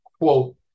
quote